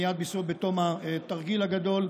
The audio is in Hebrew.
מייד בתום התרגיל הגדול,